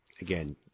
Again